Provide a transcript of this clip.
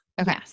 Okay